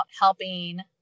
helping